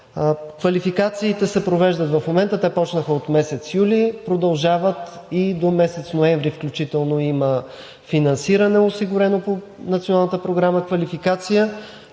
Квалификациите се провеждат в момента. Те започнаха от месец юли, продължават и до месец ноември, включително има осигурено финансиране по Националната програма „Квалификация“,